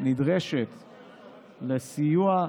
שנדרשת לסיוע,